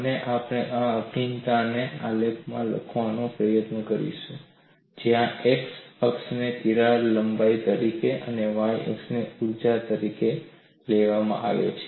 અને આપણે આ ભિન્નતાને આલેખમાં લખવાનો પ્રયત્ન કરીશું જ્યાં X અક્ષને તિરાડની લંબાઈ તરીકે અને Y અક્ષને ઊર્જા તરીકે લેવામાં આવે છે